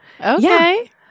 Okay